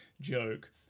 joke